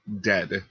dead